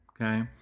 Okay